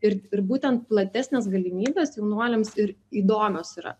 ir ir būtent platesnės galimybės jaunuoliams ir įdomios yra